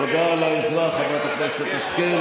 תודה על העזרה, חברת הכנסת השכל.